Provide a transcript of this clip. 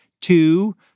two